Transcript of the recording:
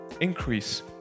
increase